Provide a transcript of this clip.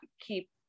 keep